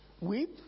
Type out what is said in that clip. weep